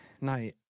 night